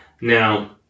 Now